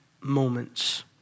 moments